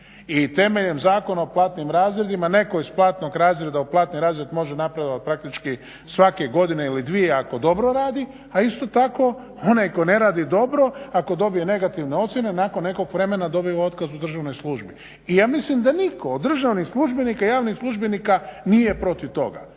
i temeljem Zakona o platnim razredima netko iz platnog razreda u platni razred može napredovat praktički svake godine ili dvije ako dobro radi a isto tako onaj koji ne radi dobro, ako dobije negativne ocjene nakon nekog vremena dobiva otkaz u državnoj službi. I ja mislim da nitko od državnih službenika, javnih službenika nije protiv toga.